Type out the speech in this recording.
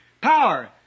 Power